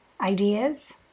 ideas